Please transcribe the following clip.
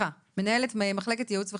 מנהלת מחלקת ייעוץ וחקיקה.